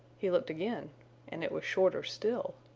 he looked again and it was shorter still.